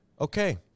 Okay